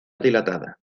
dilatada